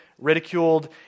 ridiculed